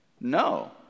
No